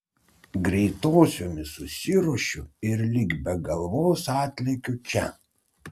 greitosiomis susiruošiu ir lyg be galvos atlekiu čia